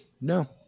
No